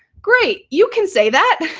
great. you can say that.